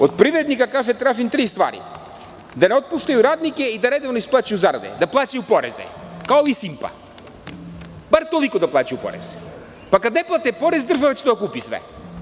Od privrednika – kaže - tražim tri stvari, da ne otpuštaju radnike i da redovno isplaćuju zarade, da plaćaju poreze, kao iz „Simpa“, bar toliko da plaćaju poreze, pa kad ne plate porez država će to da kupi sve.